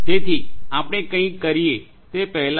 તેથી આપણે કઈ કરીએ તે પહેલાં